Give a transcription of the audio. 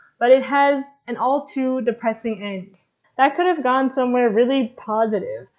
but it has an all too depressing end that could have gone somewhere really positive,